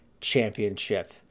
Championship